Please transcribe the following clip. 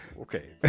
Okay